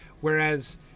whereas